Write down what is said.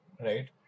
right